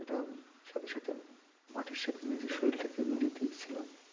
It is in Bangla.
এটার সাথে সাথে মাটির সাথে নিজের শরীরটাকে মিলিয়ে দিয়েছিলাম